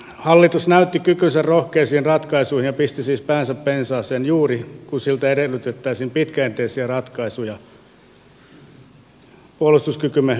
hallitus näytti kykynsä rohkeisiin ratkaisuihin ja pisti siis päänsä pensaaseen juuri kun siltä edellytettäisiin pitkäjänteisiä ratkaisuja puolustuskykymme ylläpitämisessä ja kehittämisessä